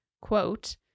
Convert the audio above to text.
quote